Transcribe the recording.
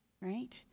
Right